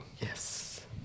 Yes